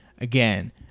again